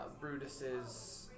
Brutus's